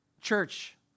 Church